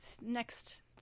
next